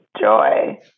joy